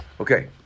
Okay